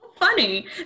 Funny